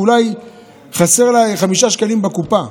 שאולי חסרים לה חמישה שקלים בקופה,